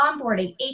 onboarding